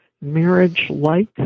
marriage-like